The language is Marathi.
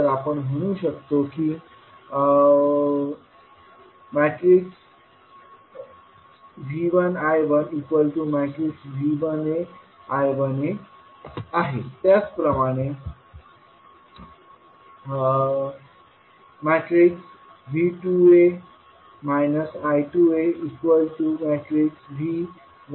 तर आपण असे म्हणू शकतो की V1 I1 V1a I1a त्याचप्रमाणे V2a I2a V1b I1b आहे